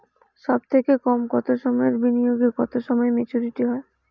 সবথেকে কম কতো সময়ের বিনিয়োগে কতো সময়ে মেচুরিটি হয়?